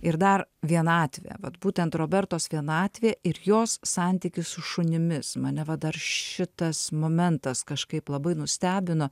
ir dar vienatvę bet būtent robertos vienatvė ir jos santykis su šunimis mane va dar šitas momentas kažkaip labai nustebino